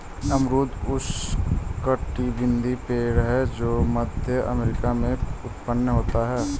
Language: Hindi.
अमरूद उष्णकटिबंधीय पेड़ है जो मध्य अमेरिका में उत्पन्न होते है